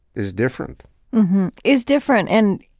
is different is different and,